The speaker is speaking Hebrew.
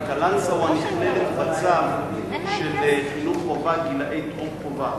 כי קלנסואה נכללת בצו של חינוך חובה לגילאי טרום-חובה.